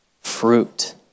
fruit